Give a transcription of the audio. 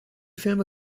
filme